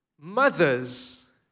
Mothers